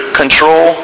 control